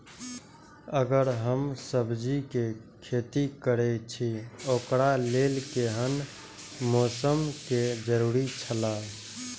अगर हम सब्जीके खेती करे छि ओकरा लेल के हन मौसम के जरुरी छला?